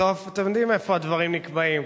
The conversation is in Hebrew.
בסוף אתם יודעים איפה הדברים נקבעים,